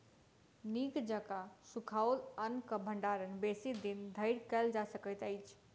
नीक जकाँ सुखाओल अन्नक भंडारण बेसी दिन धरि कयल जा सकैत अछि